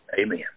Amen